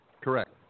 Correct